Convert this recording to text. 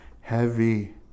heavy